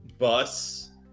bus